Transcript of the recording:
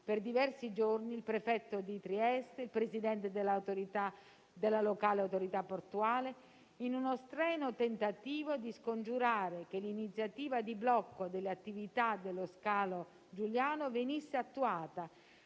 per diversi giorni, il prefetto di Trieste, il presidente della locale autorità portuale in uno strenuo tentativo di scongiurare che l'iniziativa di blocco delle attività dello scalo giuliano venisse attuata